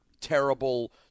terrible